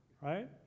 right